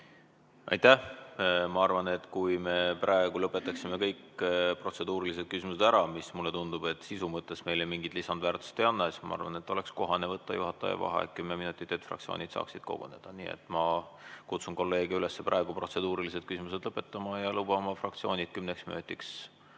Aitäh! Ma arvan, et kui me praegu lõpetaksime kõik protseduurilised küsimused ära, mis, mulle tundub, sisu mõttes meile mingit lisandväärtust ei anna, siis ma arvan, et oleks kohane võtta juhataja vaheaeg kümme minutit, et fraktsioonid saaksid koguneda. Nii et ma kutsun kolleege üles praegu protseduurilised küsimused lõpetama ja lubama fraktsioonid kümneks minutiks